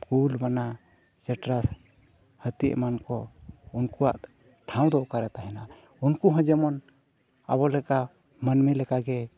ᱠᱩᱞ ᱵᱟᱱᱟ ᱪᱮᱴᱨᱟ ᱦᱟᱹᱛᱤ ᱮᱢᱟᱱ ᱠᱚ ᱩᱱᱠᱩᱣᱟᱜ ᱴᱷᱟᱶ ᱫᱚ ᱚᱠᱟᱨᱮ ᱛᱟᱦᱮᱱᱟ ᱩᱱᱠᱩ ᱦᱚᱸ ᱡᱮᱢᱚᱱ ᱟᱵᱚ ᱞᱮᱠᱟ ᱢᱟᱹᱱᱢᱤ ᱞᱮᱠᱟᱜᱮ